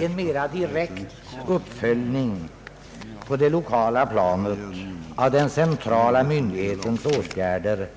En mera direkt uppföljning på det lokala planet av den centrala myndighetens åtgärder